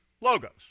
logos